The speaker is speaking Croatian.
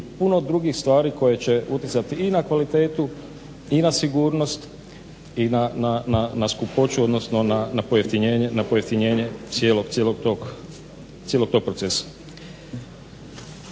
puno drugih stvari koje će utjecati, i na kvalitetu, i na sigurnost i na skupoću odnosno na pojeftinjenje cijelog tog procesa.